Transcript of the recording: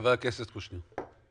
חבר הכנסת קושניר.